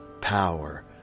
power